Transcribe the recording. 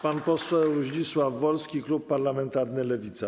Pan poseł Zdzisław Wolski, klub parlamentarny Lewica.